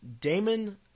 Damon